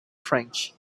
french